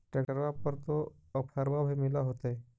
ट्रैक्टरबा पर तो ओफ्फरबा भी मिल होतै?